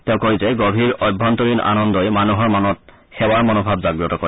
তেওঁ কয় যে গভীৰ অভ্যন্তৰীণ আনন্দই মানুহৰ মনত সেৱাৰ মনোভাৱ জাগ্ৰত কৰে